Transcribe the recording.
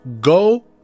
go